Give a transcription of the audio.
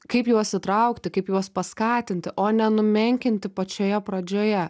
kaip juos įtraukti kaip juos paskatinti o nenumenkinti pačioje pradžioje